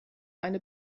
eine